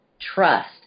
trust